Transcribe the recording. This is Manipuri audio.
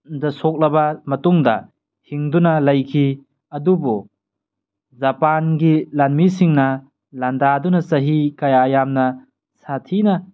ꯗ ꯁꯣꯛꯂꯕ ꯃꯇꯨꯡꯗ ꯍꯤꯡꯗꯨꯅ ꯂꯩꯈꯤ ꯑꯗꯨꯕꯨ ꯖꯄꯥꯟꯒꯤ ꯂꯥꯟꯃꯤꯁꯤꯡꯅ ꯂꯥꯟꯗꯗꯨꯅ ꯆꯍꯤ ꯀꯌꯥ ꯌꯥꯝꯅ ꯁꯥꯊꯤꯅ